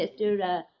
Mr